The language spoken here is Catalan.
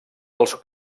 dels